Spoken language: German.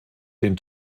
den